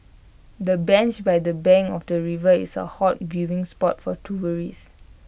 the bench by the bank of the river is A hot viewing spot for tourists